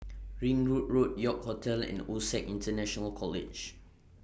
Ring Road Road York Hotel and OSAC International College